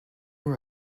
are